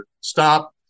stop